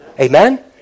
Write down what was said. Amen